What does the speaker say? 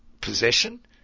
possession